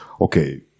okay